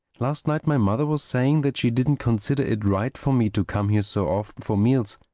last night my mother was saying that she didn't consider it right for me to come here so often for meals.